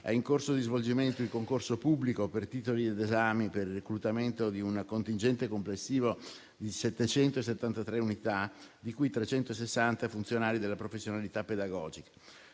È in corso di svolgimento il concorso pubblico per titoli ed esami per il reclutamento di un contingente complessivo di 773 unità, di cui 360 funzionari di professionalità pedagogica.